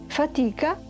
fatica